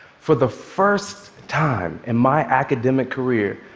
for the first time in my academic career,